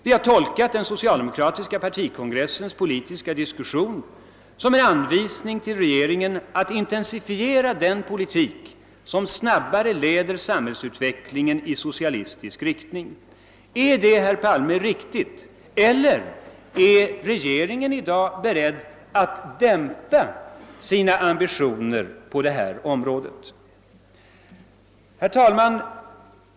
Vi har tolkat den socialdemokratiska partikongressens politiska diskussion som en anvisning till regeringen att intensifiera den politik som snabbare leder samhällsutvecklingen i socialistisk riktning. Är det, herr Palme, riktigt eller är regeringen i dag beredd att dämpa sina ambitioner på detta område? Herr talman!